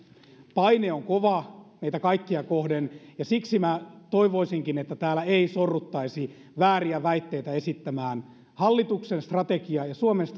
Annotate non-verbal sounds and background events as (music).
paine on kova meitä kaikkia kohden ja siksi toivoisinkin että täällä ei sorruttaisi vääriä väitteitä esittämään hallituksen strategia ja suomen (unintelligible)